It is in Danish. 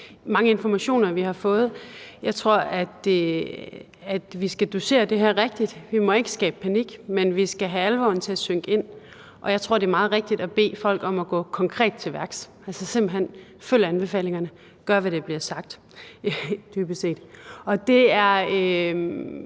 mange informationer, vi har fået. Jeg tror, vi skal dosere det her rigtigt. Vi må ikke skabe panik, men vi skal have alvoren til at synke ind. Og jeg tror, det er meget rigtigt at bede folk om at gå konkret til værks, altså simpelt hen: Følg anbefalingerne, og gør, hvad der bliver sagt – dybest set. Det er